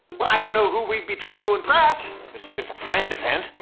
well, i don't know who we'd be trying to impress. this is just a friend event,